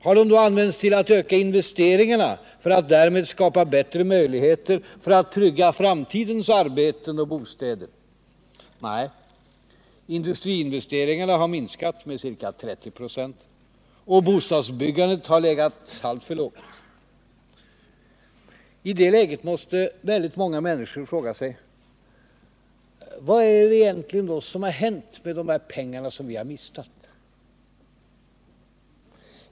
Har de då använts till att öka investeringarna för att därmed skapa bättre möjligheter för att trygga framtidens arbeten och bostäder? Nej, industriinvesteringarna har minskat med ca 30 96, och bostadsbyggandet har legat alltför lågt. I det läget måste väldigt många människor fråga sig: Vad har egentligen hänt med de pengar som vi har mistat?